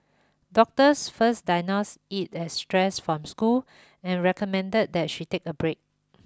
doctors first diagnose it as stress from school and recommended that she take a break